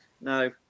no